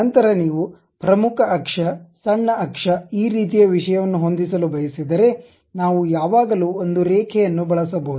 ನಂತರ ನೀವು ಪ್ರಮುಖ ಅಕ್ಷ ಸಣ್ಣ ಅಕ್ಷ ಈ ರೀತಿಯ ವಿಷಯವನ್ನು ಹೊಂದಿಸಲು ಬಯಸಿದರೆ ನಾವು ಯಾವಾಗಲೂ ಒಂದು ರೇಖೆಯನ್ನು ಬಳಸಬಹುದು